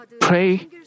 pray